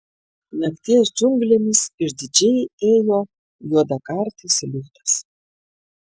nakties džiunglėmis išdidžiai ėjo juodakartis liūtas